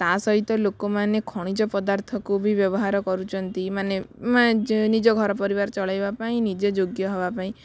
ତା'ସହିତ ଲୋକମାନେ ଖଣିଜ ପଦାର୍ଥକୁ ବି ବ୍ୟବହାର କରୁଛନ୍ତି ମାନେ ନିଜ ଘର ପରିବାର ଚଳାଇବା ପାଇଁ ନିଜେ ଯୋଗ୍ୟ ହେବା ପାଇଁ